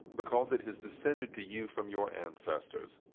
because it has descended to you from your ancestors,